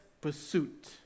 pursuit